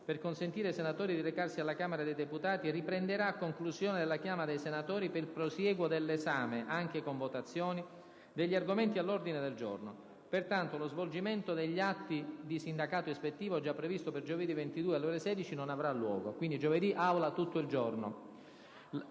per consentire ai senatori di recarsi alla Camera dei deputati, e riprenderà a conclusione della chiama dei senatori per il prosieguo dell'esame - anche con votazioni - degli argomenti all'ordine del giorno. Pertanto, lo svolgimento degli atti di sindacato ispettivo, già previsto per giovedì 22 alle ore 16, non avrà luogo. La prossima settimana,